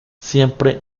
siempre